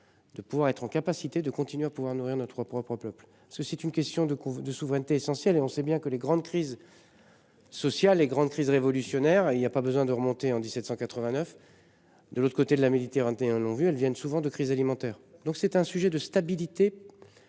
De pouvoir être en capacité de continuer à pouvoir nourrir notre propre peuple parce que c'est une question de coût de souveraineté essentiel et on sait bien que les grandes crises. Sociales et grande crise révolutionnaire et il y a pas besoin de remonter en 1789. De l'autre côté de la Méditerranée un ont vu, elles viennent souvent de crise alimentaire. Donc c'est un sujet de stabilité.